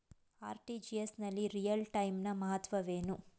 RTGS ನಲ್ಲಿ real time ನ ಮಹತ್ವವೇನು?